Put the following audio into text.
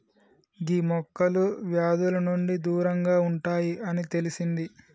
గీ మొక్కలు వ్యాధుల నుండి దూరంగా ఉంటాయి అని తెలిసింది